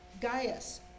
Gaius